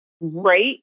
right